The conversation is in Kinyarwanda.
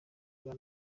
rwa